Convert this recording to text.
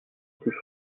plus